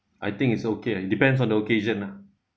I think it's okay lah it depends on the occasion lah